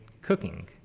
cooking